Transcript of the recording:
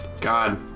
God